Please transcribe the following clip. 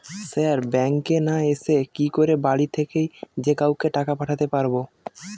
Sir ব্যাঙ্কে না এসে কি করে বাড়ি থেকেই যে কাউকে টাকা পাঠাতে পারবো?